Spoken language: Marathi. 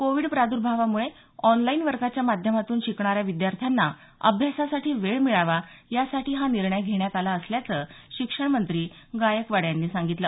कोविड प्राद्भावामुळे ऑनलाईन वर्गाच्या माध्यमातून शिकणाऱ्या विद्यार्थ्यांना अभ्यासासाठी वेळ मिळावा यासाठी हा निर्णय घेण्यात आला असल्याचं शिक्षणमंत्री गायकवाड यांनी सांगितलं